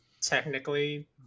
technically